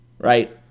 right